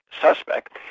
suspect